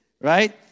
right